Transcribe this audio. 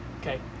Okay